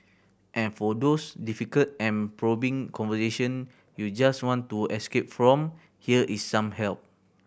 and for those difficult and probing conversation you just want to escape from here is some help